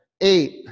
Eight